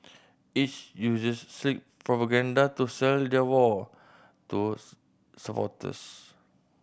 each uses slick propaganda to sell their war to supporters